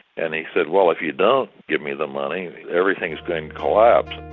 and he said, well, if you don't give me the money everything's going to collapse.